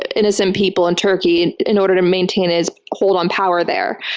innocent people in turkey and in order to maintain his hold on power there.